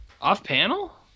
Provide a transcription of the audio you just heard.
Off-panel